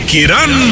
Kiran